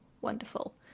Wonderful